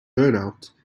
burnout